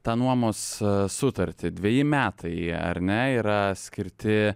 tą nuomos sutartį dveji metai ar ne yra skirti